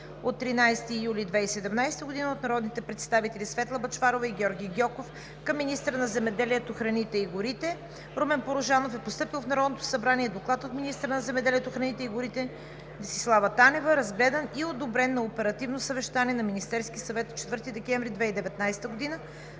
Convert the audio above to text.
от 13 юли 2017 г. от народните представители Светла Бъчварова и Георги Гьоков към министъра на земеделието, храните и горите Румен Порожанов е постъпил в Народното събрание Доклад от министъра на земеделието, храните и горите Десислава Танева, разгледан и одобрен на оперативно съвещание на Министерския съвет от 4 декември 2019 г.